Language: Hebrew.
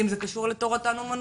אם זה קשור לתורתם ולאמונתם,